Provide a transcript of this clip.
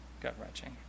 gut-wrenching